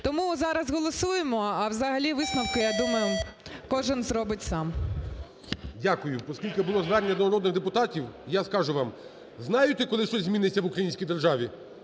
Тому зараз голосуємо, а взагалі висновки, я думаю, кожен зробить сам. ГОЛОВУЮЧИЙ. Дякую. Оскільки було звернення до народних депутатів, я скажу вам. Знаєте, коли щось зміниться в українській державі?